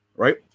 Right